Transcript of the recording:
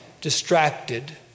distracted